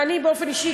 ואני באופן אישי,